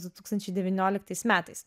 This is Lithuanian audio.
du tūkstančiai devynioliktais metais